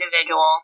individuals